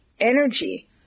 energy